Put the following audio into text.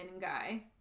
guy